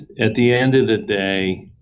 at the end of the day,